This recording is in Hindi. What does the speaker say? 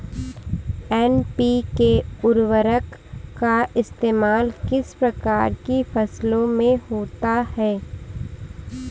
एन.पी.के उर्वरक का इस्तेमाल किस तरह की फसलों में होता है?